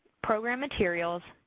program materials,